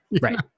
Right